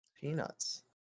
Peanuts